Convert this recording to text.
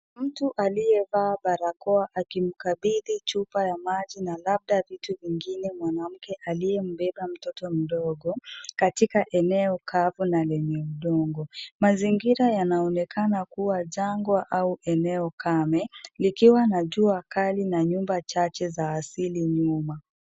Mtu aliyevaa barakoa akimkabidhi chupa ya maji na labda vitu vingine mwanamke aliyembeba mtoto mdogo katika eneo kavu na lenye udongo. Mazingira yanaonekana kuwa jangwa au eneo kame likiwa na jua kali na nyumba chache za asili nyuma.